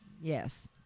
Yes